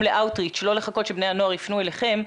ל-outreach לא לחכות שבני הנוער יפנו אליכם.